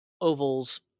ovals